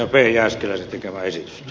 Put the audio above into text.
jääskeläisen tekemää esitystä